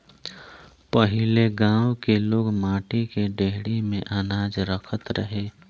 पहिले गांव के लोग माटी के डेहरी में अनाज रखत रहे